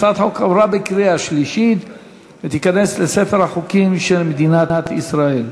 הצעת החוק עברה בקריאה שלישית ותיכנס לספר החוקים של מדינת ישראל.